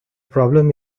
problem